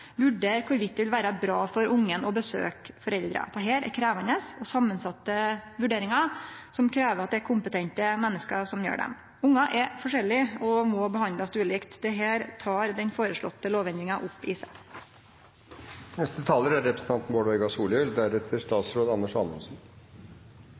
vere bra for ungen å besøke foreldra. Dette er krevjande og samansette vurderingar som krev at det er kompetente menneske som gjer dei. Ungar er forskjellige og må behandlast ulikt. Dette tek den føreslåtte lovendringa opp i seg. Lat meg først begynne med å seie at det er